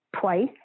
twice